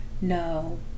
no